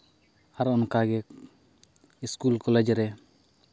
ᱟᱨ ᱚᱱᱠᱟᱜᱮ school college ᱨᱮ